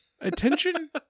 Attention